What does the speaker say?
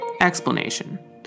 explanation